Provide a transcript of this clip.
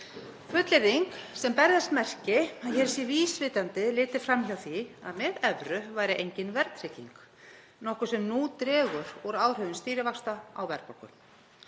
Fullyrðing sem ber þess merki að hér sé vísvitandi litið fram hjá því að með evru væri engin verðtrygging, nokkuð sem nú dregur úr áhrifum stýrivaxta á verðbólgu.